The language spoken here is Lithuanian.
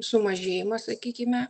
sumažėjimą sakykime